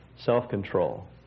Self-control